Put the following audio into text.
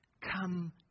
Come